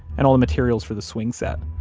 and all the materials for the swing set.